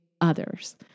others